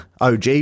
OG